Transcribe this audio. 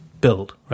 build